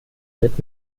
wird